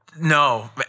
No